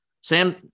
Sam